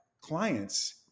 clients